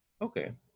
okay